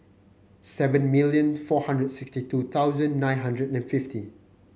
seven million four hundred sixty two thousand nine hundred and fifty